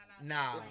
Nah